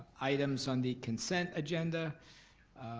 item on the consent agenda,